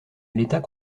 l’état